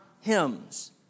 hymns